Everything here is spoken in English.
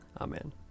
Amen